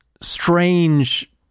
Strange